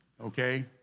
Okay